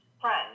friend